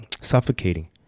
suffocating